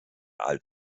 alt